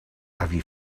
avis